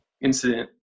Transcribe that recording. incident